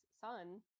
son